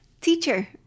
teacher